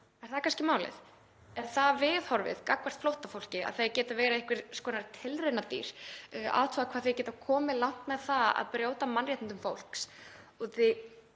Er það kannski málið? Er það viðhorfið gagnvart flóttafólki að það geti verið einhvers konar tilraunadýr, athuga hvað þau geta komist langt með það að brjóta á mannréttindum fólks? Því